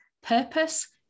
Purpose